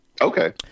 Okay